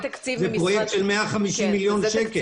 זה פרויקט שלח 150 מיליון שקלים.